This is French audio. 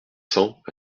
cents